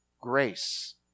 grace